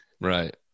right